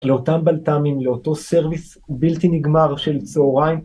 לאותם בלת"מים, לאותו סרוויס בלתי נגמר של צהריים.